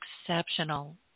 exceptional